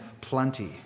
plenty